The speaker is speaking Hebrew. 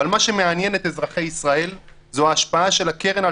אבל מה שמעניין את אזרחי ישראל זו ההשפעה של הקרן על